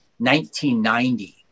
1990